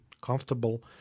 comfortable